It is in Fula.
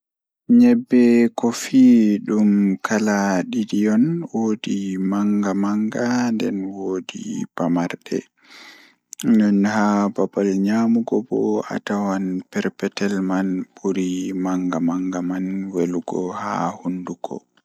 Eh tomi heban kam mi yahan kowadi mi yiɗi mi yaha bo Miɗo waɗi yiɗde waaldaade kala so tawii mi ɗaɓɓitii no feewi. Ko waɗi faamugol ngal ngam ɗum waɗi waylude baɗte e laawol nguurndam ngal. Awa ɗum waɗi mi moƴƴude nder waɗde jaangude feere wondude kala leydi.